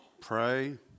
Pray